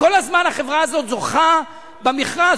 וכל הזמן החברה הזאת זוכה במכרז,